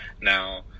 now